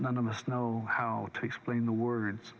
none of us know how to explain the words